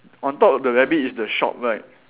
on top of the rabbit is the shop right